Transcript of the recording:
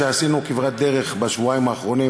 שעשינו כברת דרך בשבועיים האחרונים,